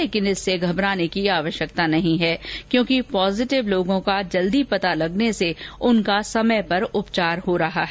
उन्होंने कहा कि इससे घबराने की आवश्यकता नहीं है क्योंकि पॉजिटिव लोगों का जल्दी पता लगने से उनका समय पर उपचार हो रहा है